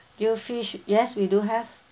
grilled fish yes we do have